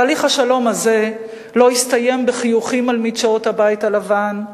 תהליך השלום הזה לא יסתיים בחיוכים על מדשאות הבית הלבן,